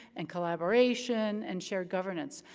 and collaboration, and shared governance.